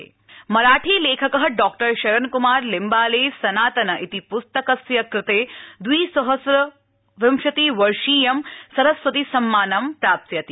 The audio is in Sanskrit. सरस्वती सम्मानम् मराठीलेखक डॉशरण्कुमार लिम्बाले सनातन इति पुस्तकस्य कृते द्विसहस्र विंशति वर्षीयं सरस्वती सम्मानं प्राप्स्यति